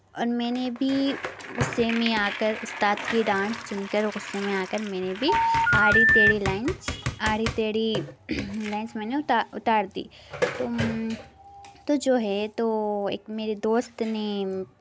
اور میں نے بھی غصے میں آ کر استاد کی ڈانٹ سن کر غصے میں آ کر میں نے بھی آڑی ٹیڑھی لائنس آڑی ٹیڑھی لائنس میں نے اتار اتار دی تم تو جو ہے تو ایک میرے دوست نے